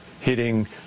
hitting